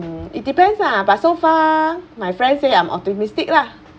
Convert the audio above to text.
mm it depends lah but so far my friends say I'm optimistic lah